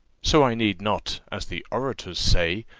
so i need not, as the orators say,